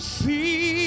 see